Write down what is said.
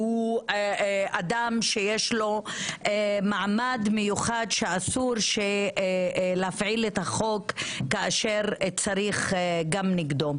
שהוא אדם שיש לו מעמד מיוחד שאסור להפעיל את החוק כאשר צריך גם נגדו.